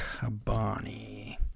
Abani